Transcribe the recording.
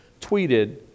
tweeted